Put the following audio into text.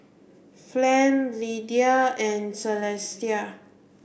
Flem Lidia and Celestia